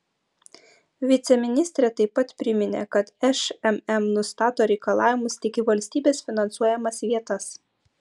viceministrė taip pat priminė kad šmm nustato reikalavimus tik į valstybės finansuojamas vietas